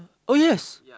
oh yes